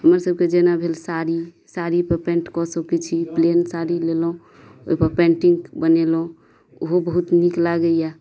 हमर सबके जेना भेल साड़ी साड़ी पर पेंट कऽ सकैत छी प्लेन साड़ी लेलहुॅं ओहि पर पेंटिंग बनेलहुॅं ओहो बहुत नीक लागैया